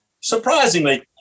surprisingly